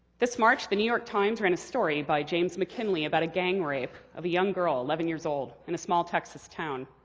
this march, the new york times ran a story by james mckinley about a gang rape of a young girl, eleven years old, in a small texas town.